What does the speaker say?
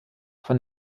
von